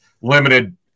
limited